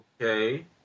Okay